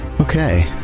okay